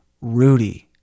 Rudy